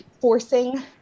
forcing